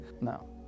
No